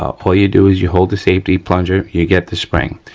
ah all you do is you hold the safety plunger, you get the spring,